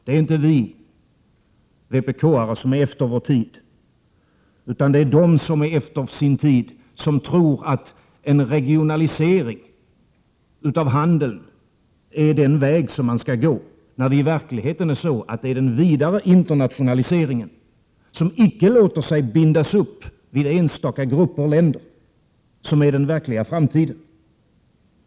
Det är inte vi vpk-are som är efter vår tid, utan de är efter sin tid som tror att en regionalisering av handeln är den väg som man skall gå, när det i verkligheten är den vidare internationaliseringen, som icke låter sig bindas upp vid enstaka grupper av länder, som är den verkliga framtiden.